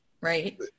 right